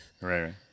Right